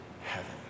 heaven